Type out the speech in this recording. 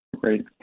Great